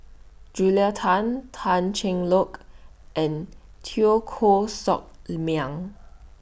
Julia Tan Tan Cheng Lock and Teo Koh Sock Miang